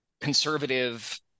conservative